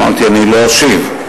אמרתי: אני לא אשיב,